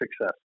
success